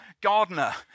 gardener